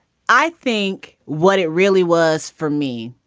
i think what it really was for me,